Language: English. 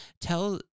tell